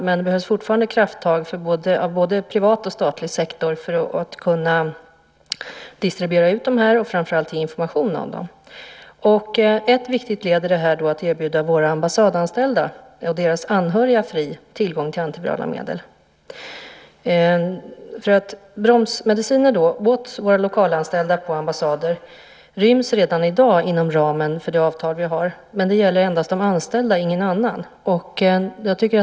Men det behövs fortfarande krafttag från både privat och statlig sektor för att kunna distribuera ut dem och framför allt ge information om dem. Ett viktigt led är att erbjuda våra ambassadanställda och deras anhöriga fri tillgång till antivirala medel. Bromsmediciner till lokalanställda på våra ambassader ryms redan i dag inom ramen för det avtal vi har. Men det gäller endast de anställda och ingen annan.